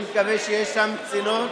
אני מקווה שיש שם קצינות.